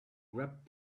wrapped